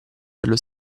dello